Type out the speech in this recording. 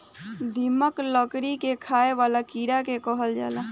दीमक, लकड़ी के खाए वाला कीड़ा के कहल जाला